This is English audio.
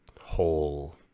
whole